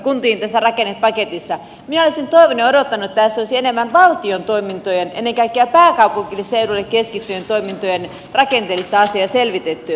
minä olisin toivonut ja odottanut että tässä olisi enemmän valtion toimintojen ennen kaikkea pääkaupunkiseudulle keskittyneiden toimintojen rakenteellista asiaa selvitetty